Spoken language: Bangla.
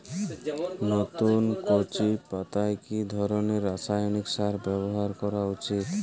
নতুন কচি পাতায় কি ধরণের রাসায়নিক সার ব্যবহার করা উচিৎ?